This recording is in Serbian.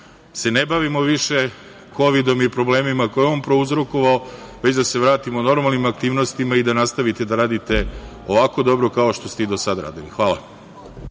se ne bavimo više kovidom i problemima koji je on prouzrokovao, već da se vratimo normalnim aktivnostima i da nastavite da radite ovako dobro, kao što ste i do sada radili. Hvala.